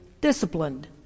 disciplined